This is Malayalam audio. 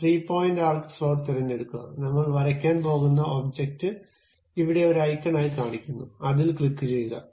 ത്രീ പോയിന്റ് ആർക്ക് സ്ലോട്ട് തിരഞ്ഞെടുക്കുക നമ്മൾ വരയ്ക്കാൻ പോകുന്ന ഒബ്ജക്റ്റ് ഇവിടെ ഒരു ഐക്കണായി കാണിക്കുന്നു അതിൽ ക്ലിക്കുചെയ്യുക